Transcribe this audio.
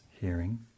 hearing